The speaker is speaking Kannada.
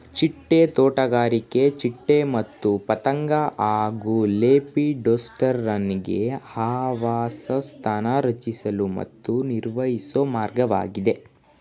ಚಿಟ್ಟೆ ತೋಟಗಾರಿಕೆ ಚಿಟ್ಟೆ ಮತ್ತು ಪತಂಗ ಹಾಗೂ ಲೆಪಿಡೋಪ್ಟೆರಾನ್ಗೆ ಆವಾಸಸ್ಥಾನ ರಚಿಸಲು ಮತ್ತು ನಿರ್ವಹಿಸೊ ಮಾರ್ಗವಾಗಿದೆ